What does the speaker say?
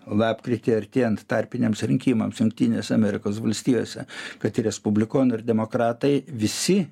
lapkritį artėjant tarpiniams rinkimams jungtinėse amerikos valstijose kad ir respublikonų ir demokratai visi